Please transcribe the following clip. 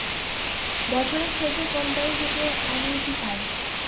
বছরের শেষে কোম্পানি থেকে অ্যানুইটি পায়